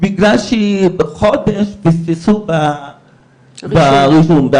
בגלל שפספסו ברישום בחודש,